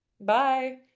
Bye